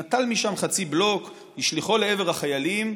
נטל משם חצי בלוק והשליכו לעבר החיילים,